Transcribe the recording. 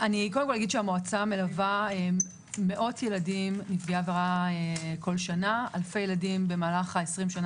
המועצה מלווה מאות ילדים נפגעי עבירה כל שנה אלפי ילדים בעשרים השנים